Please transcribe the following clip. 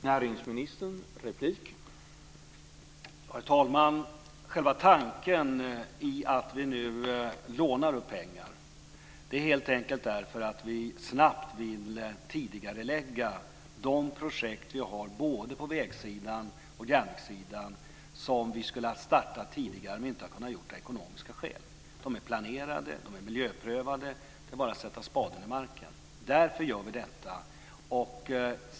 Herr talman! Tanken bakom att vi nu lånar pengar är att vi vill tidigarelägga de projekt vi har på både vägsidan och järnvägssidan som vi skulle ha startat tidigare, men som vi av ekonomiska skäl inte har kunnat starta. De är planerade. De är miljöprövade. Det är bara att sätta spaden i marken. Därför gör vi detta nu.